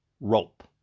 rope